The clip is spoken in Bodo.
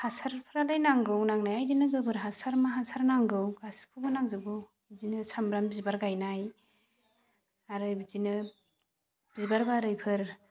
हासारफोरालाय नांगौ नांनाया बिदिनो गोबोर हासार मा हासार नांगौ गासैखौबो नांजोबगौ बिदिनो सामब्राम बिबार गायनाय आरो बिदिनो बिबार बारैफोर